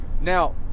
now